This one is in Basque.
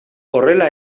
horrela